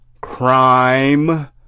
crime